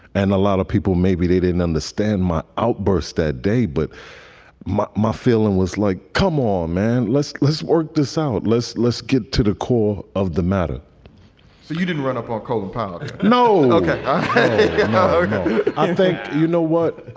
and a lot of people maybe they didn't understand my outburst that day, but my my feeling was like, come on, man, let's let's work this out. let's let's get to the core of the matter so you didn't run a bar called the park? no. and ok i i think you know what?